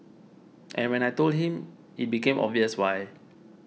and when I told him it became obvious why